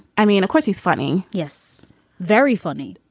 i mean of course he's funny. yes very funny.